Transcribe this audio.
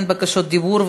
אין בקשות דיבור,